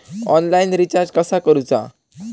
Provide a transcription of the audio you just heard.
Online recharge कसा करूचा?